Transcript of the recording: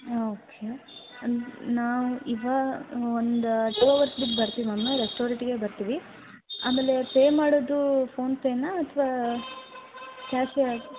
ಹಾಂ ಓಕೆ ನಾವು ಇವಾಗ ಒಂದು ಟು ಅವರ್ಸ್ ಬಿಟ್ಟು ಬರ್ತೀವಿ ಮ್ಯಾಮ್ ರೆಸ್ಟೋರೆಟಿಗೆ ಬರ್ತೀವಿ ಆಮೇಲೆ ಪೇ ಮಾಡೋದು ಫೋನ್ ಪೇನಾ ಅಥವಾ ಕ್ಯಾಶೆ ಆಗ